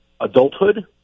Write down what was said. adulthood